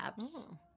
apps